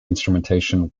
instrumentation